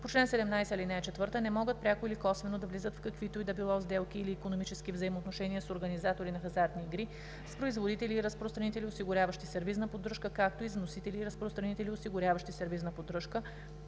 по чл. 17, ал. 4 не могат пряко или косвено да влизат в каквито и да било сделки или икономически взаимоотношения с организатори на хазартни игри, с производители и разпространители, осигуряващи сервизна поддръжка, както и с вносители и разпространители, осигуряващи сервизна поддръжка